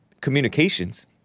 communications